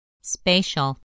Spatial